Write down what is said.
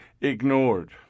ignored